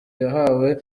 yahawe